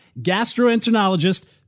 gastroenterologist